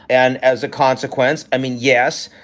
and as a consequence, i mean, yes,